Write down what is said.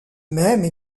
même